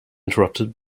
interrupted